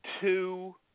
two